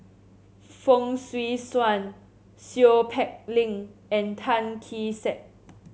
Fong Swee Suan Seow Peck Leng and Tan Kee Sek